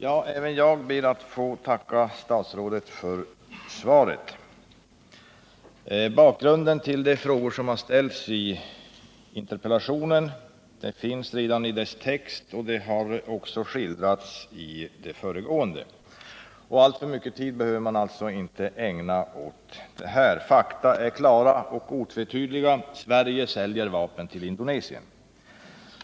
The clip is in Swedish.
Herr talman! Även jag ber att få tacka statsrådet för svaret. Bakgrunden till de frågor som ställts finns redan i interpellationens text och har också skildrats i det föregående. Alltför mycket tid behöver inte ägnas däråt. Fakta är klara och otvetydiga. Sverige säljer vapen till Indonesien.